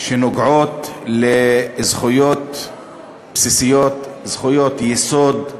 שנוגעות לזכויות בסיסיות, זכויות יסוד,